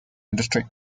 industry